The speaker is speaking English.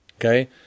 Okay